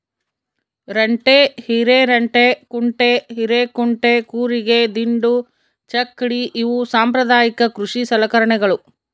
ರಂಟೆ ಹಿರೆರಂಟೆಕುಂಟೆ ಹಿರೇಕುಂಟೆ ಕೂರಿಗೆ ದಿಂಡು ಚಕ್ಕಡಿ ಇವು ಸಾಂಪ್ರದಾಯಿಕ ಕೃಷಿ ಸಲಕರಣೆಗಳು